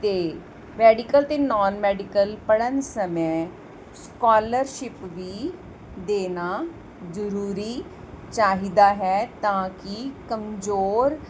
ਅਤੇ ਮੈਡੀਕਲ ਅਤੇ non medical ਪੜ੍ਹਨ ਸਮੇਂ ਸਕਾਲਰਸ਼ਿਪ ਵੀ ਦੇਣਾ ਜ਼ਰੂਰੀ ਚਾਹੀਦਾ ਹੈ ਤਾਂ ਕਿ ਕਮਜ਼ੋਰ